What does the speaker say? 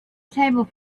table